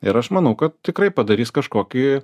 ir aš manau kad tikrai padarys kažkokį